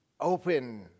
open